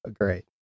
great